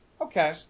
Okay